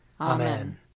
Amen